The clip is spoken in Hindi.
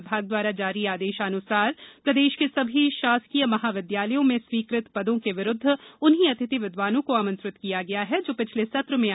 विभाग द्वारा जारी आदेशानुसार प्रदेश के सभी शासकीय महाविद्यालयों में स्वीकृ त पदों के विरूद्व उन्ही अतिथि विद्वानों को आमंत्रित किया गया है जो पिछले सत्र में आमंत्रित किए गए थे